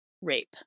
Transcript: rape